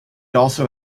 also